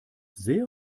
sehr